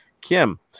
Kim